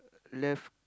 left